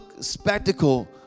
spectacle